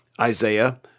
Isaiah